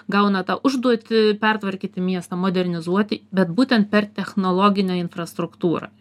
gauna tą užduotį pertvarkyti miestą modernizuoti bet būtent per technologinę infrastruktūrą